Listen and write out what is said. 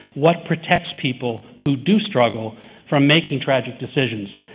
what protects people who do struggle from making tragic decisions.